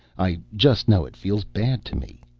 i just know it feels bad to me.